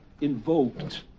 invoked